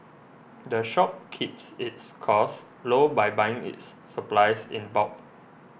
the shop keeps its costs low by buying its supplies in bulk